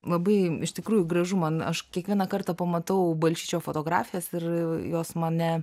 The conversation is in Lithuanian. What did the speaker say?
labai iš tikrųjų gražu man aš kiekvieną kartą pamatau balčyčio fotografijas ir jos mane